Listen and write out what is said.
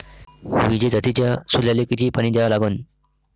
विजय जातीच्या सोल्याले किती पानी द्या लागन?